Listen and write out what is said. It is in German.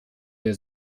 wer